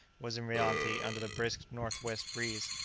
was in reality, under the brisk north-west breeze,